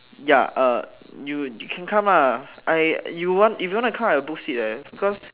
ya uh you can come lah I you if you want to come I will book seat leh because